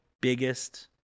biggest